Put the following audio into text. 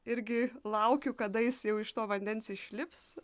irgi laukiu kada jis jau iš to vandens išlips